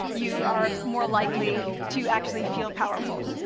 you are more likely to actually feel powerful.